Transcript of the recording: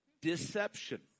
Deception